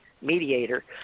mediator